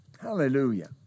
Hallelujah